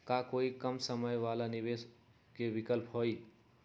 का कोई कम समय वाला निवेस के विकल्प हई?